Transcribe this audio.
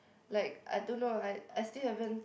like I don't know I I still haven't